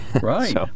Right